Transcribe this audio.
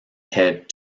head